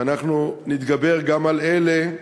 ואנחנו נתגבר גם על אלה.